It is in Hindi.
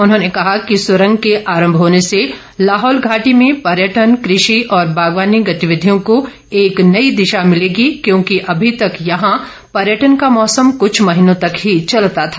उन्होंने कहा कि सुरंग के आरम्भ होने से लाहौल घाटी में पर्यटन कृषि और बागवानी गतिविधियों को एक नई दिशा भिलेगी क्योंकि अभी तक यहां पर्यटन का मौसम कृछ महीनों तक ही चलता था